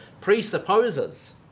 presupposes